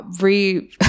re